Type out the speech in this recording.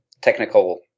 technical